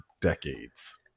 decades